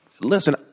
listen